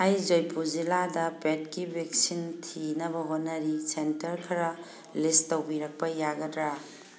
ꯑꯩ ꯖꯣꯏꯄꯨꯔ ꯖꯤꯂꯥꯗ ꯄꯦꯗꯀꯤ ꯚꯦꯛꯁꯤꯟ ꯊꯤꯅꯕ ꯍꯣꯠꯅꯔꯤ ꯁꯦꯟꯇꯔ ꯈꯔ ꯂꯤꯁ ꯇꯧꯕꯤꯔꯛꯄ ꯌꯥꯒꯗ꯭ꯔꯥ